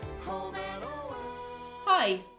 Hi